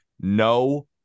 No